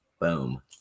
Boom